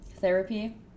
Therapy